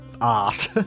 ass